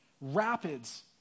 rapids